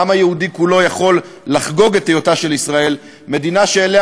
העם היהודי כולו יכול לחגוג את היותה של ישראל מדינה שאליה